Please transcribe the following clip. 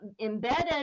embedded